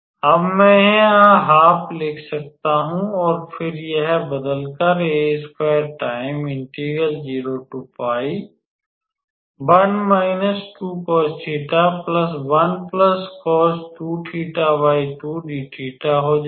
अब मैं यहां 12 लिख सकता हूं और फिर यह बदलकर हो जाएगा